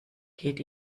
geht